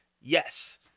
Yes